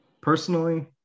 personally